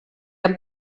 han